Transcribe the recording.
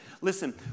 Listen